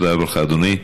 תודה רבה לך, אדוני.